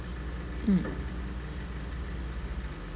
mm